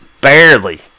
Barely